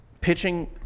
pitching